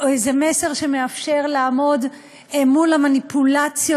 זה מסר שמאפשר לעמוד מול המניפולציות,